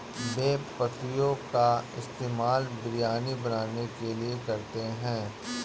बे पत्तियों का इस्तेमाल बिरयानी बनाने के लिए करते हैं